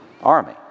army